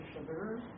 sugar